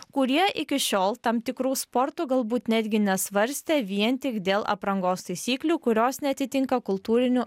kurie iki šiol tam tikrų sportų galbūt netgi nesvarstė vien tik dėl aprangos taisyklių kurios neatitinka kultūrinių